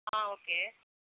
okay